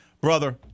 Brother